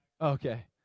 Okay